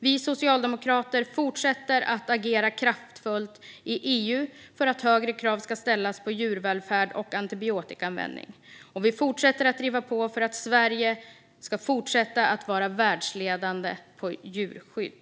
Vi socialdemokrater fortsätter agera kraftfullt i EU för att högre krav ska ställas på djurvälfärd och antibiotikaanvändning, och vi driver på för att Sverige ska fortsätta vara världsledande på djurskydd.